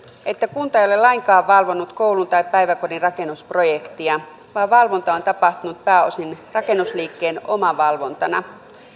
että kunta ei ole lainkaan valvonut koulun tai päiväkodin rakennusprojektia vaan valvonta on tapahtunut pääosin rakennusliikkeen omavalvontana